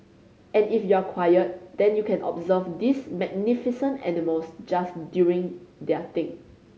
and if you're quiet then you can observe these magnificent animals just doing their thing